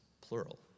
plural